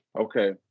Okay